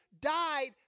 died